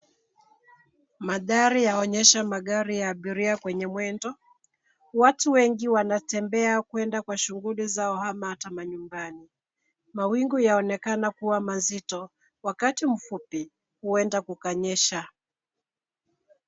Mandhari yaonyesha magari ya abiria kwenye mwendo watu wengi wanatembea kwenda kwa shughuli zao ama hata manyumbani. Mawingu yaonekana kuwa mazito. Wakati mfupi huenda kukanyesha.